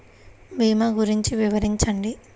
భీమా గురించి వివరించండి?